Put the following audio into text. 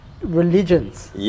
religions